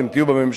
אתם תהיו בממשלה,